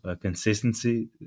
consistency